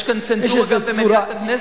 יש כאן צנזורה גם במליאת הכנסת?